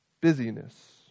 busyness